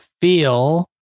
feel